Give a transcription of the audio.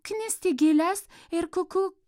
knisti gėles ir kukū